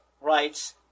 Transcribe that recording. rights